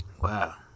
Wow